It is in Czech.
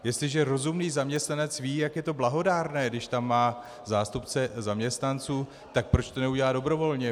Jestliže rozumný zaměstnanec ví, jak je to blahodárné, když tam má zástupce zaměstnanců, tak proč to neudělá dobrovolně?